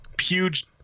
huge